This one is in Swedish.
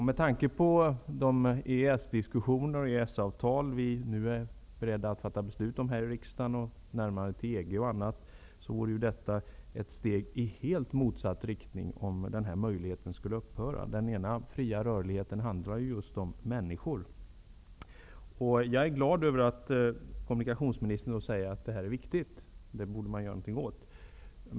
Med tanke på de EES-diskussioner som pågår, det EES-avtal som vi är beredda att fatta beslut om här i riksdagen och närmandet till EG vore det ett steg i helt motsatt riktning om denna möjlighet skulle upphöra. Den ena fria rörligheten handlar just om människor. Jag är glad över att kommunikationsministern säger att det är viktigt och att man borde göra någonting åt det.